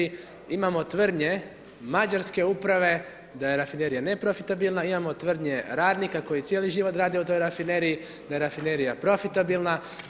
Imamo tvrdnje mađarske uprave, da je rafinerija neprofitabilna, imamo tvrdnje radnika, koji cijeli život rade u toj rafineriji, da je rafinerija profitabilna.